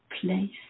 place